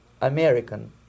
American